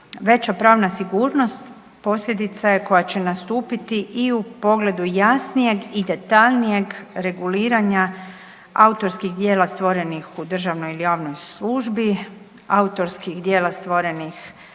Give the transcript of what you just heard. Veća pravna sigurnost posljedica je koje će nastupiti i u pogledu jasnijeg i detaljnijeg reguliranja autorskih djela stvorenih u državnoj ili javnoj službi, autorskih djela stvorenih